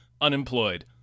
unemployed